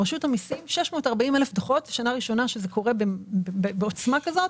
שנה ראשונה שזה קורה בעוצמה כזאת.